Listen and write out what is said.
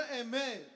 amen